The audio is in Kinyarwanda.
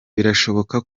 birashoboka